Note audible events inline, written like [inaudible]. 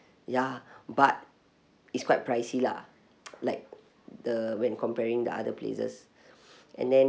ya but it's quite pricey lah [noise] like the when comparing the other places [breath] and then